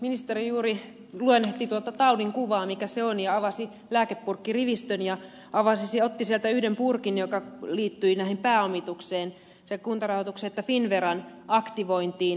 ministeri juuri luonnehti tuota taudinkuvaa mikä se on ja avasi lääkepurkkirivistön ja otti sieltä yhden purkin joka liittyi pääomitukseen sekä kuntarahoituksen että finnveran aktivointiin